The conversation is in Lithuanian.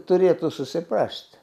turėtų susiprasti